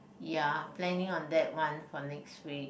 ya planning on that one for next week